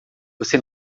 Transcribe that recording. você